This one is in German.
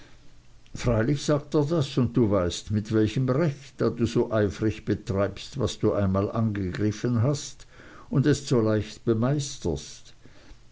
freilich sagt er das und du weißt mit welchem recht da du so eifrig betreibst was du einmal angegriffen hast und es so leicht bemeisterst